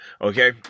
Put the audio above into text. Okay